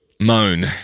moan